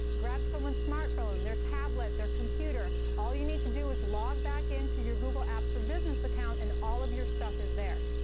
grab someone's smartphone, their tablet, their computer. all you need to do is log back into your google apps for business account. and all of your stuff is there.